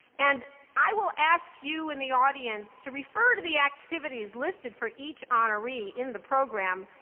and i will ask you in the audience to refer to the activities listed for each honoree in the program,